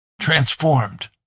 transformed